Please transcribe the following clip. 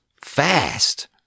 Fast